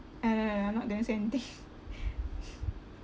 I know know I'm not going to say anything